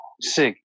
sick